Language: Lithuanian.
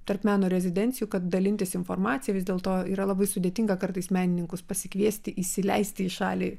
tarp meno rezidencijų kad dalintis informacija vis dėlto yra labai sudėtinga kartais menininkus pasikviesti įsileisti į šalį